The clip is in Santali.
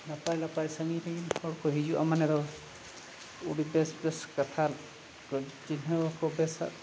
ᱱᱟᱯᱟᱭ ᱞᱟᱯᱟᱭ ᱥᱟᱺᱜᱤᱧ ᱨᱮᱱ ᱦᱚᱲᱠᱚ ᱦᱤᱡᱩᱜᱼᱟ ᱢᱟᱱᱮ ᱫᱚ ᱟᱹᱰᱤ ᱵᱮᱥ ᱵᱮᱥ ᱠᱟᱛᱷᱟ ᱪᱤᱱᱦᱟᱹᱣ